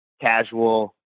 casual